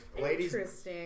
Ladies